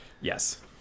Yes